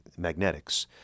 magnetics